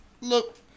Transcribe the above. Look